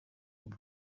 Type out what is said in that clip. ubu